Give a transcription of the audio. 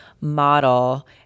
model